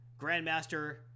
Grandmaster